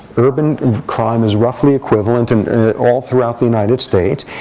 urban crime is roughly equivalent and all throughout the united states.